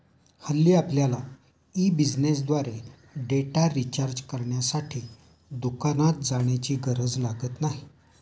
हल्ली आपल्यला ई बिझनेसद्वारे डेटा रिचार्ज करण्यासाठी दुकानात जाण्याची गरज लागत नाही